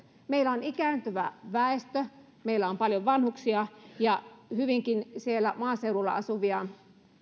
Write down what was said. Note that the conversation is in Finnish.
meillä on ikääntyvä väestö meillä on paljon vanhuksia ja hyvinkin siellä maaseudulla asuvia